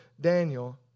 Daniel